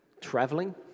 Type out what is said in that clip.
traveling